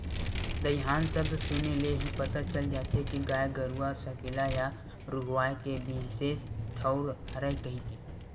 दईहान सब्द सुने ले ही पता चल जाथे के गाय गरूवा सकेला या रूकवाए के बिसेस ठउर हरय कहिके